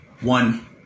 one